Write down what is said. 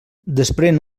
desprèn